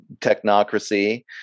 technocracy